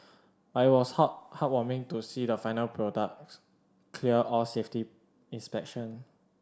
but it was heart heartwarming to see the final product clear all safety inspection